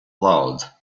loud